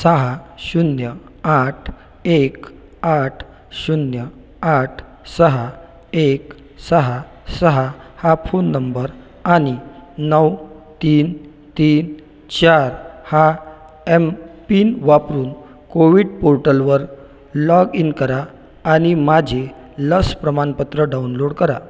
सहा शून्य आठ एक आठ शून्य आठ सहा एक सहा सहा हा फोन नंबर आणि नऊ तीन तीन चार हा एमपिन वापरून कोविन पोर्टलवर लॉग इन करा आणि माझे लस प्रमाणपत्र डाउनलोड करा